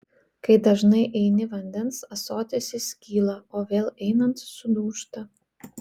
kai dažnai eini vandens ąsotis įskyla o vėl einant sudūžta